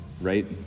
right